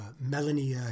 Melanie